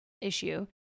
issue